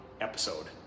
episode